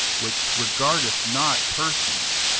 which regardeth not persons,